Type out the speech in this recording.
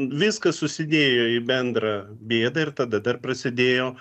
viskas susidėjo į bendrą bėdą ir tada dar prasidėjo